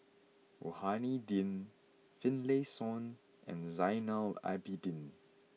Rohani Din Finlayson and Zainal Abidin